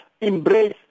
embrace